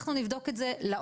אנחנו נבדוק את זה לעומק,